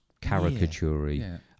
caricature